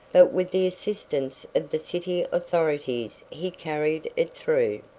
but with the assistance of the city authorities he carried it through.